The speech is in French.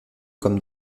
comme